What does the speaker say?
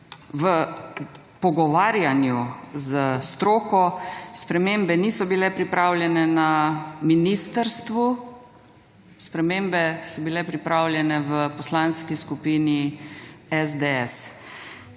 v pogovarjanju s stroko. Spremembe niso bile pripravljene na ministrstvu. Spremembe so bile pripravljene v Poslanski skupini SDS.